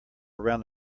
around